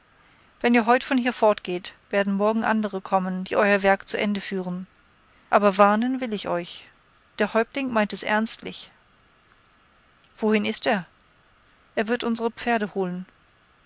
wenn ihr heut von hier fortgeht werden morgen andere kommen die euer werk zu ende führen aber warnen will ich euch der häuptling meint es ernstlich wohin ist er er wird unsere pferde holen